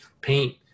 paint